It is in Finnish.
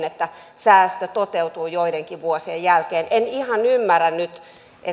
että säästö toteutuu joidenkin vuosien jälkeen en ihan ymmärrä nyt